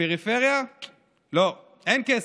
בפריפריה לא, אין כסף.